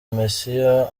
mesiya